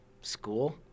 school